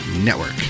Network